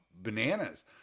bananas